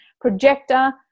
projector